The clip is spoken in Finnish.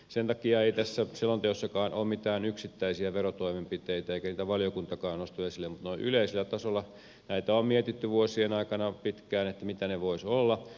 sen takia ei tässä selonteossakaan ole mitään yksittäisiä verotoimenpiteitä eikä niitä valiokuntakaan nosta esille mutta noin yleisellä tasolla on mietitty vuosien aikana pitkään mitä ne voisivat olla